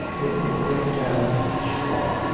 it will break down like a straw.